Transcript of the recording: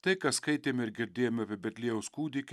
tai ką skaitėme ir girdėjome apie betliejaus kūdikį